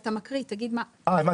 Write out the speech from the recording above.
כשאתה מקריא תגיד מה השינוי.